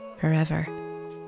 forever